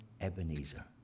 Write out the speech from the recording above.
Ebenezer